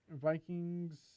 Vikings